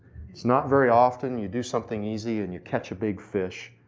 it's not very often you do something easy and you catch a big fish.